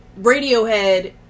Radiohead